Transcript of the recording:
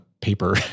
paper